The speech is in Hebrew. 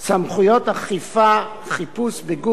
חיפוש בגוף ונטילת אמצעי זיהוי),